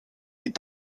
die